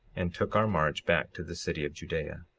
and took our march back to the city of judea.